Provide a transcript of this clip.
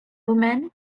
women